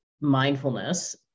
mindfulness